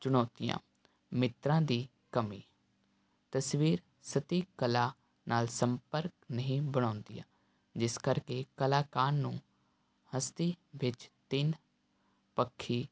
ਚੁਣੌਤੀਆਂ ਮਿੱਤਰਾਂ ਦੀ ਕਮੀ ਤਸਵੀਰ ਸਤੀ ਕਲਾ ਨਾਲ ਸੰਪਰਕ ਨਹੀਂ ਬਣਾਉਂਦੀਆਂ ਜਿਸ ਕਰਕੇ ਕਲਾਕਾਰ ਨੂੰ ਹਸਤੀ ਵਿੱਚ ਤਿੰਨ ਪੱਖੀ